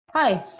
Hi